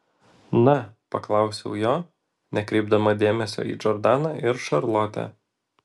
na paklausiau jo nekreipdama dėmesio į džordaną ir šarlotę